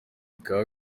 bikaba